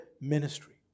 ministry